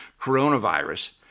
coronavirus